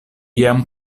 jam